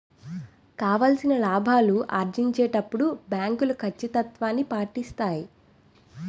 కావాల్సిన లాభాలు ఆర్జించేటప్పుడు బ్యాంకులు కచ్చితత్వాన్ని పాటిస్తాయి